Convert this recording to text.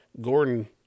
Gordon